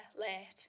late